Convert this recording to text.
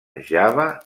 java